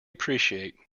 appreciate